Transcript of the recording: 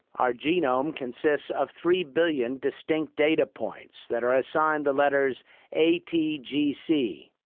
our genome consists of three billion distinct data points that are assigned the letters atgc.